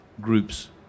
groups